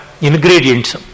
ingredients